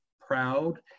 proud